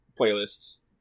playlists